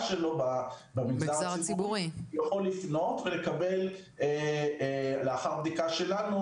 שלו במגזר הציבורי הוא יכול לפנות ולקבל לאחר בדיקה שלנו